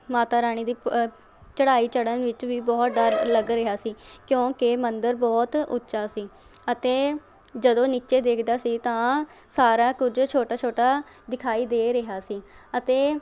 ਮਾਤਾ ਰਾਣੀ ਦੀ ਪ ਚੜ੍ਹਾਈ ਚੜ੍ਹਨ ਵਿੱਚ ਵੀ ਬਹੁਤ ਡਰ ਲੱਗ ਰਿਹਾ ਸੀ ਕਿਉਂਕਿ ਮੰਦਰ ਬਹੁਤ ਉੱਚਾ ਸੀ ਅਤੇ ਜਦੋਂ ਨੀਚੇ ਦੇਖਦਾ ਸੀ ਤਾਂ ਸਾਰਾ ਕੁਝ ਛੋਟਾ ਛੋਟਾ ਦਿਖਾਈ ਦੇ ਰਿਹਾ ਸੀ ਅਤੇ